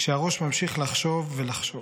כשהראש ממשיך לחשוב ולחשוב.